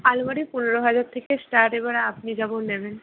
আলমারি পনেরো হাজার থেকে স্টার্ট এবার আপনি যেমন নেবেন